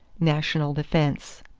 national defense.